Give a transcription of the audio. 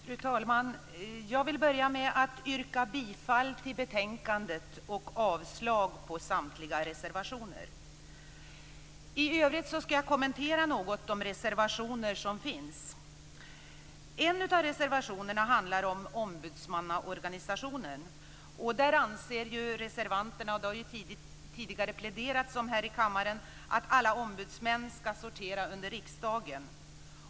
Fru talman! Jag vill börja med att yrka bifall till utskottets hemställan och avslag på samtliga reservationer. I övrigt ska jag något kommentera de reservationer som finns. En av reservationerna handlar om ombudsmannaorganisationen. Där anser reservanterna, och det har det tidigare pläderats för här i kammaren, att alla ombudsmän ska sortera under riksdagen.